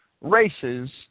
races